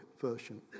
Version